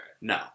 No